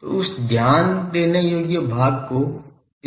तो उस ध्यान देने योग्य भाग को